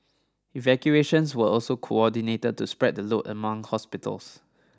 evacuations were also coordinated to spread the load among hospitals